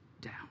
down